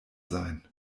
sein